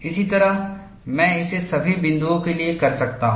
इसी तरह मैं इसे सभी बिंदुओं के लिए कर सकता हूं